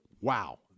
wow